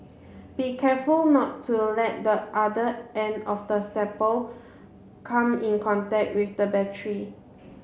be careful not to let the other end of the staple come in contact with the battery